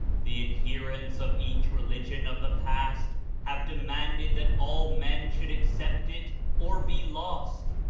the ad herents of each religion of the past have demanded that all men should accept it or be lost.